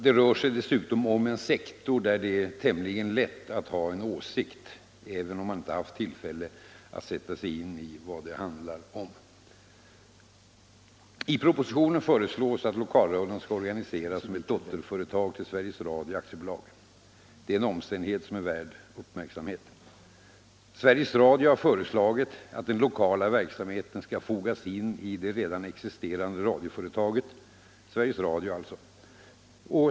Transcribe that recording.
Det rör sig dessutom om en sektor där det är tämligen lätt att ha en åsikt — även om man inte haft tillfälle att sätta sig in i vad det handlar om. I propositionen föreslås att lokalradion skall organiseras som ett dotterföretag till Sveriges Radio AB. Det är en omständighet som är värd uppmärksamhet. Sveriges Radio har föreslagit att den lokala verksamheten skall fogas in i det redan existerande radioföretaget — Sveriges Radio alltså.